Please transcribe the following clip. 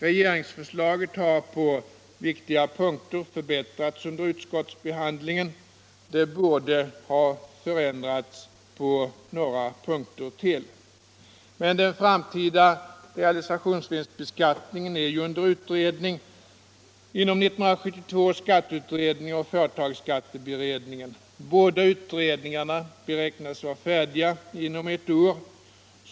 Regeringsförslaget har på viktiga punkter förbättrats under utskottsbehandlingen. Det borde ha förändrats på några punkter till. Men den framtida realisationsvinstbeskattningen är under utredning inom 1972 års skatteutredning och företagsskatteberedningen. Båda utredningarna beräknas vara färdiga inom ett år.